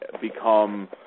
become